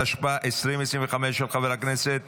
התשפ"ה 2025, של חבר הכנסת